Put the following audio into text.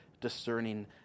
discerning